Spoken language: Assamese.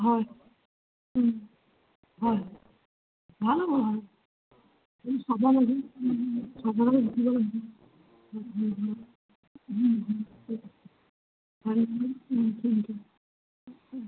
হয় হয় ভাল হ'ব আৰু